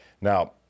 Now